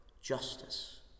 justice